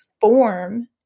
form